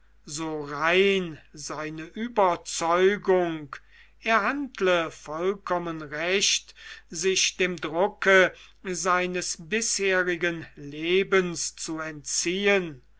so rein seine überzeugung er handle vollkommen recht sich dem drucke seines bisherigen lebens zu entziehen